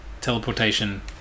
teleportation